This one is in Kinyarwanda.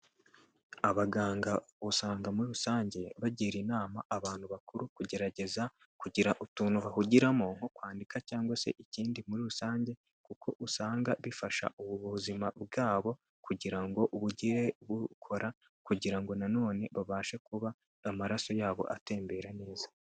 Abaganga usanga muri rusange bagira inama abantu bakuru kugerageza kugira utuntu bahugiramo nko kwandika cyangwa se ikindi muri rusange, kuko usanga bifasha ubu buzima bwabo kugira ngo bugire bukora kugira ngo nanone babashe kuba amaraso yabo atembera neza.